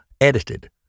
edited